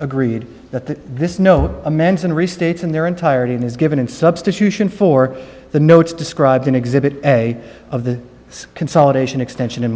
agreed that this no amends and restates in their entirety and is given in substitution for the notes described in exhibit a of the consolidation extension